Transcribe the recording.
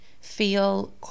feel